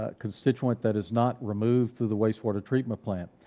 ah constituent that is not removed through the wastewater treatment plant.